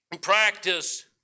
practice